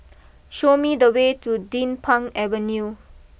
show me the way to Din Pang Avenue